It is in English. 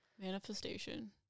Manifestation